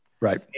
Right